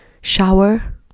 shower